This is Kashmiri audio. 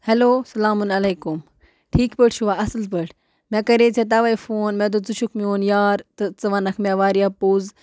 ہٮ۪لو سَلامُن علیکُم ٹھیٖک پٲٹھۍ چھِوا اَصٕل پٲٹھۍ مےٚ کَرے ژےٚ تَوے فون مےٚ دوٚپ ژٕ چھُکھ میون یار تہٕ ژٕ وَنَکھ مےٚ وارِیاہ پوٚز